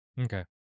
Okay